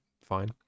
fine